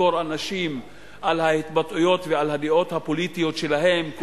לחקור אנשים על ההתבטאויות ועל הדעות הפוליטיות שלהם,